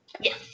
yes